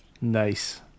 Nice